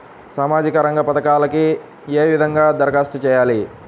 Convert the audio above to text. సామాజిక రంగ పథకాలకీ ఏ విధంగా ధరఖాస్తు చేయాలి?